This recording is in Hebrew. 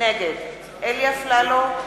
נגד אלי אפללו,